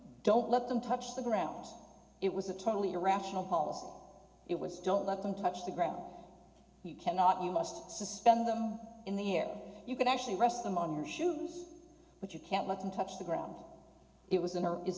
don't let them touch the ground it was a totally irrational hall it was don't let them touch the ground you cannot you must suspend them in the air you can actually rest them on your shoes but you can't let them touch the ground it was in there is